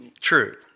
true